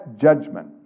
judgment